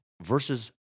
versus